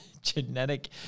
genetic